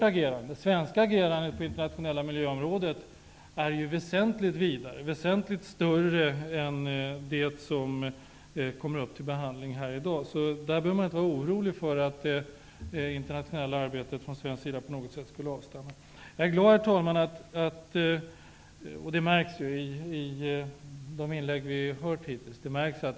Det svenska agerandet på det internationella miljöområdet är väsentligt vidare och större än det som kommer upp till behandling här i dag, så man behöver inte vara orolig för att det internationella arbetet från svensk sida på något sätt skall avstanna. Jag är glad, herr talman, över den samstämmighet som kunnat märkas i de inlägg som vi hittills har hört.